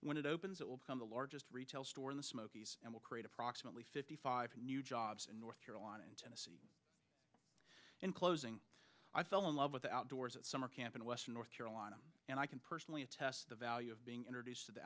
when it opens it will become the largest retail store in the smoke and will create approximately fifty five new jobs in north carolina and tennessee in closing i fell in love with the outdoors at summer camp in western north carolina and i can personally attest the value of being introduced to the